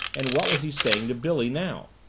and what was he saying to billy now?